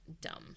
dumb